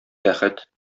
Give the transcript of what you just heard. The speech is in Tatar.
бәхет